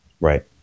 Right